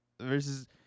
versus